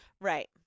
Right